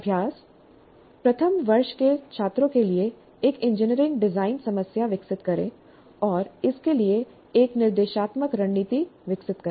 अभ्यास 1 प्रथम वर्ष के छात्रों के लिए एक इंजीनियरिंग डिजाइन समस्या विकसित करें और इसके लिए एक निर्देशात्मक रणनीति विकसित करें